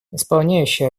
исполняющий